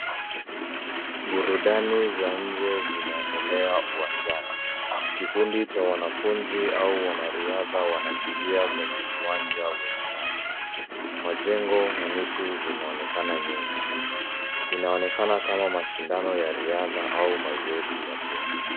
Burudani za nje zinaendelea uwanjani. Kikundi cha wanafunzi au wanariadha wanakimbia kwenye uwanja wenye nyasi. Majengo na miti vimeonekana nyuma. Inaonekana kama mashindano ya riadha au mashindano ya timu.